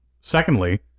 Secondly